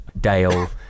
Dale